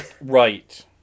Right